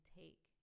take